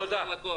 הרצון